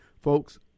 Folks